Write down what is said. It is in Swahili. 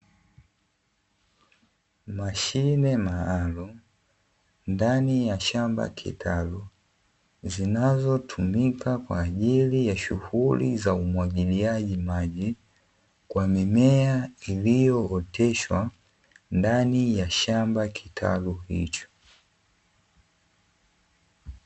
Mashine maalumu ndani ya shamba kitalu, zinazotumika kwa ajili ya shughuli za umwagiliaji maji, kwa mimea iliyooteshwa ndani ya shamba kitalu hicho.